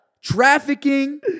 trafficking